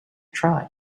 try